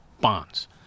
bonds